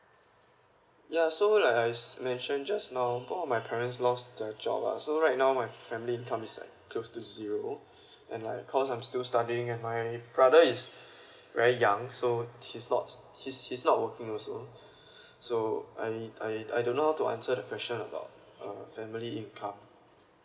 ya so like I mentioned just now both of my parents lost their job ah so right now my family income is like close to zero and like cause I'm still studying and my brother is very young so he's not he's he's not working also so I I I don't know how to answer the question about uh family income